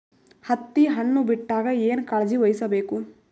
ಹತ್ತಿ ಹಣ್ಣು ಬಿಟ್ಟಾಗ ಏನ ಕಾಳಜಿ ವಹಿಸ ಬೇಕು?